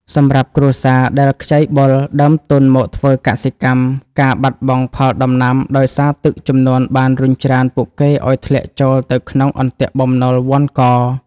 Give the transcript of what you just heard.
សម្រាប់គ្រួសារដែលខ្ចីបុលដើមទុនមកធ្វើកសិកម្ម ការបាត់បង់ផលដំណាំដោយសារទឹកជំនន់បានរុញច្រានពួកគេឱ្យធ្លាក់ចូលទៅក្នុងអន្ទាក់បំណុលវណ្ឌក។